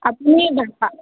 আপুনি